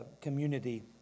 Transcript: community